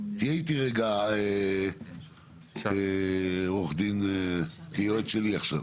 תהיה איתי רגע עורך דין היועץ שלי עכשיו,